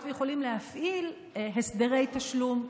ויכולים להפעיל הסדרי תשלום כוללים,